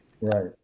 Right